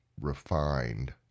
refined